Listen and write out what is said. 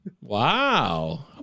wow